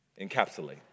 encapsulate